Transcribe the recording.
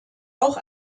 auch